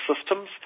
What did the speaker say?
systems